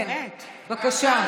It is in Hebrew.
כן, בבקשה.